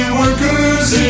workers